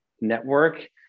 network